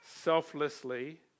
selflessly